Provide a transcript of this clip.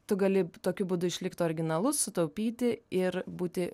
tu gali tokiu būdu išlikt originalus sutaupyti ir būti